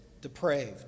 depraved